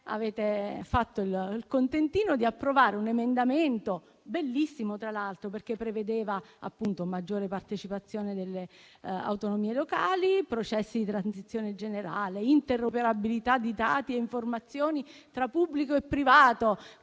e poi date un contentino approvando un emendamento, bellissimo tra l'altro, che prevedeva maggiore partecipazione delle autonomie locali, processi di transizione generale, interoperabilità di dati e informazioni tra pubblico e privato.